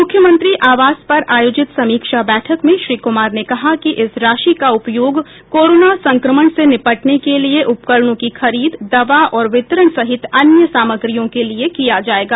मुख्यमंत्री आवास पर आयोजित समीक्षा बैठक में श्री कुमार ने कहा कि इस राशि का उपयोग कोरोना संक्रमण से निपटने के लिए उपकरणों की खरीद दवा और वितरण सहित अन्य सामग्रियों के लिए किया जायेगा